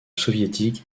soviétique